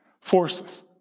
forces